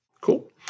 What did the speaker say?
Cool